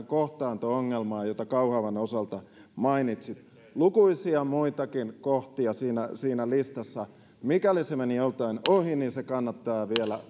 kohtaanto ongelmaan jonka kauhavan osalta mainitsit lukuisia muitakin kohtia siinä siinä listassa on mikäli se meni joltakulta ohi niin se kannattaa vielä